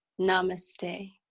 Namaste